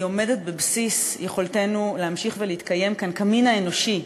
עומדת בבסיס יכולתנו להמשיך ולהתקיים כאן כמין האנושי,